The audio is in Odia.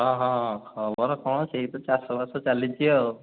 ହଁ ହଁ ହଁ ଖବର କ'ଣ ସେହି ତ ଚାଷବାସ ଚାଲିଛି ଆଉ